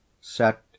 Set